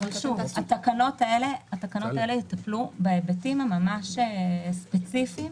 התקנות האלה יטפלו בהיבטים ממש ספציפיים